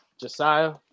Josiah